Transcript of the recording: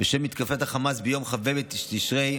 בשל מתקפת החמאס ביום כ"ב בתשרי,